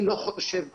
אני לא חושב שאנחנו,